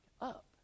up